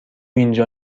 اینجا